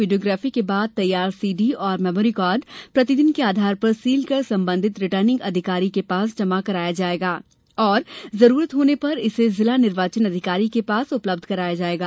videography के बाद तैयार सीडी और मैमोरी कार्ड प्रतिदिन के आधार पर सील कर संबंधित रिटर्निंग अधिकारी के पास जमा कराया जायेगा और जरूरत होने पर इसे जिला निर्वाचन अधिकारी के पास उपलब्ध कराया जायेगा